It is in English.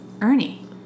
Ernie